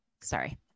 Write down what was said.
Sorry